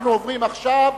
אנחנו עוברים עכשיו